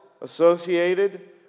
associated